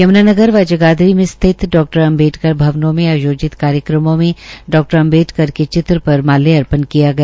यमुनानगर व जगाधरी मे स्थित डा अम्बेडकर भवनों में आयोजित कार्यक्रमों में डा अम्बेडकर के चित्र पर माल्य अर्पण किया गया